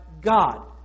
God